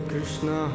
Krishna